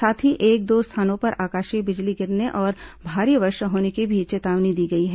साथ ही एक दो स्थानों पर आकाशीय बिजली गिरने और भारी वर्षा होने की भी चेतावनी दी गई है